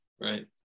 Right